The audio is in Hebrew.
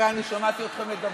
הרי אני שמעתי אתכן מדברות: